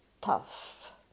tough